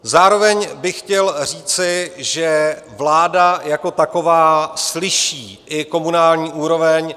Zároveň bych chtěl říci, že vláda jako taková slyší i komunální úroveň.